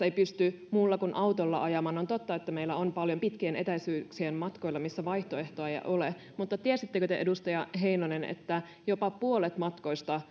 ei pysty muulla kuin autolla ajamaan on totta että meillä on paljon pitkien etäisyyksien matkoja joilla vaihtoehtoa ei ole mutta tiesittekö te edustaja heinonen että jopa puolet